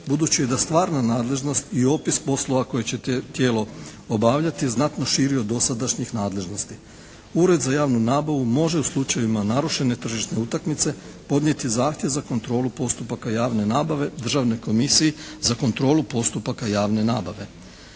budući da je stvarna nadležnost i opis poslova koje će tijelo obavljati znatno širi od dosadašnjih nadležnosti. Ured za javnu nabavu može u slučajevima narušene tržišne utakmice podnijeti zahtjev za kontrolu postupaka javne nabave Državnoj komisiji za kontrolu postupaka javne nabave.